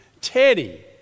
Teddy